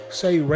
say